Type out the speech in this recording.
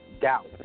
doubt